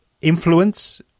influence